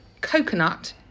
coconut